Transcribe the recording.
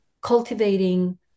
cultivating